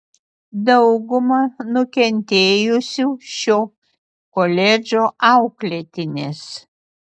dauguma nukentėjusių šio koledžo auklėtinės